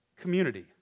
community